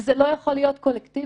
זה לא יכול להיות קולקטיבי.